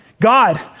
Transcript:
God